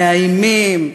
מאיימים,